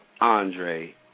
Andre